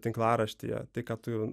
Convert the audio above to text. tinklaraštyje tai ką tu